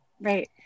right